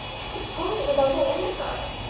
i suppose it was uncle indefer.